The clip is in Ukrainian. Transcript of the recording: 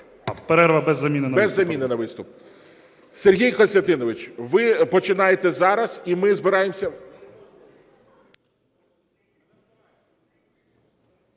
Без заміни на виступ. Сергій Костянтинович, ви починаєте зараз, і ми збираємося.